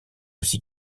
aussi